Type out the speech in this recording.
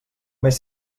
més